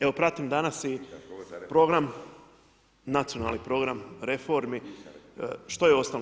Evo pratim danas i program, nacionalni program reformi, što je osnov?